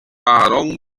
aaron